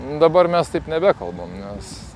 dabar mes taip nebekalbam nes